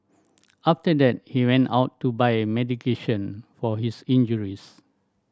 after that he went out to buy medication for his injuries